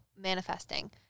manifesting